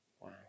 Wow